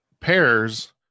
pairs